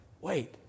wait